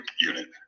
unit